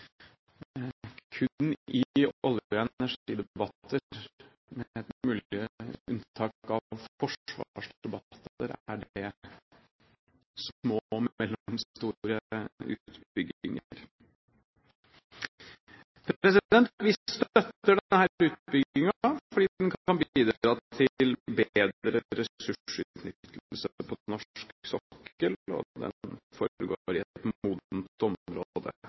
med unntak av forsvarsdebatter, er det små og mellomstore utbygginger. Vi støtter denne utbyggingen fordi den kan bidra til bedre ressursutnyttelse på norsk sokkel, og den foregår i et modent område.